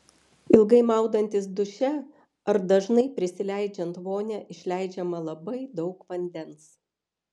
ilgai maudantis duše ar dažnai prisileidžiant vonią išleidžiama labai daug vandens